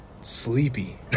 sleepy